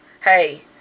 hey